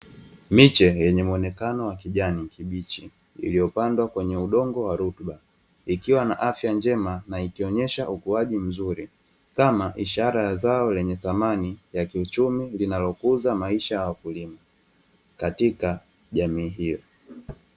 Miche yenye muonekano wa kijani kibichi, iliyopandwa kwenye udongo wa rutuba, ikiwa na afya njema na ikionyesha ukuaji mzuri, kama ishara ya zao lenye thamani ya kiuchumi linalokuza maisha ya wakulima, katika jamii hiyo.